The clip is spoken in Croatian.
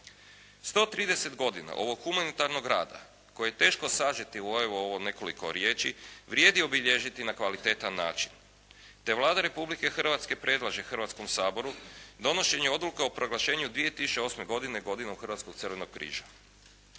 130 godina ovog humanitarnog rada koji je teško sažeti u nekoliko riječi, vrijedi obilježiti na kvaliteta način te Vlada Republike Hrvatske predlaže Hrvatskom saboru donošenje odluke o proglašenju 2008. godine "godinom Hrvatskog crvenog križa".